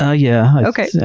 ah yeah. okay, yeah